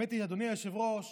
אדוני היושב-ראש,